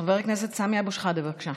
חבר הכנסת סמי אבו שחאדה, בבקשה.